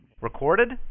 Recorded